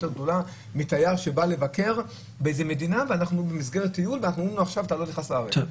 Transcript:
גדולה מתייר שבא לבקר במסגרת טיול ואנחנו אומרים לו שהוא לא נכנס לארץ.